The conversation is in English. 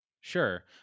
Sure